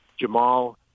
Jamal –